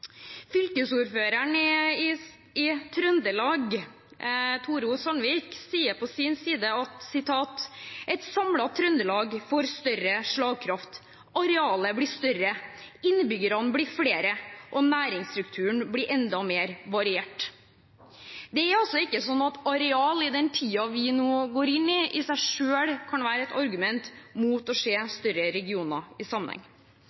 Fylkesordføreren i Trøndelag, Tore O. Sandvik, sier på sin side at et samlet trøndelag får større slagkraft, arealet blir større, innbyggerne blir flere, og næringsstrukturen blir enda mer variert. Det er altså ikke slik at areal i den tiden vi nå går inn i, i seg selv kan være et argument mot å se større regioner i sammenheng.